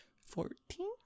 Fourteen